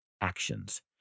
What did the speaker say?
actions